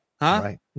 Right